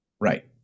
Right